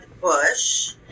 Bush